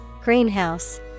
Greenhouse